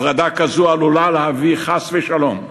הפרדה כזו יכולה להביא, חס ושלום,